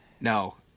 No